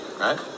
right